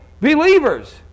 believers